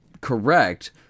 correct